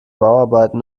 bauarbeiten